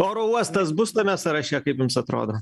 oro uostas bus tame sąraše kaip jums atrodo